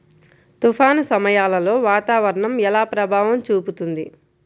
తుఫాను సమయాలలో వాతావరణం ఎలా ప్రభావం చూపుతుంది?